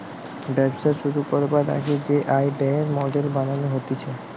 ব্যবসা শুরু করবার আগে যে আয় ব্যয়ের মডেল বানানো হতিছে